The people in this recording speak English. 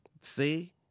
See